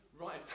right